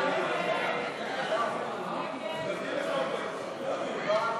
סעיפים 1